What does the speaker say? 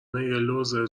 لوزر